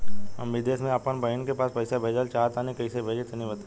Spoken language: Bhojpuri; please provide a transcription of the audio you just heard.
हम विदेस मे आपन बहिन के पास पईसा भेजल चाहऽ तनि कईसे भेजि तनि बताई?